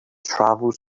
travels